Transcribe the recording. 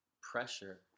pressure